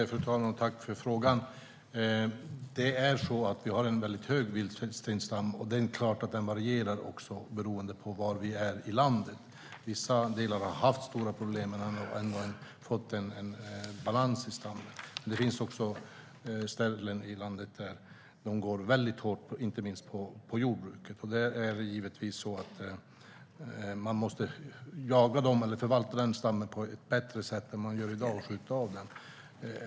Fru talman! Tack för frågan! Vi har en väldigt stor vildsvinsstam, även om den varierar beroende på var vi är i landet. Vissa delar har haft stora problem men har fått en balans i stammen, men det finns också ställen i landet där vildsvinen går väldigt hårt åt jordbruket, inte minst. Där är det givetvis så att man måste skjuta av dem och förvalta stammen på ett bättre sätt än man gör i dag.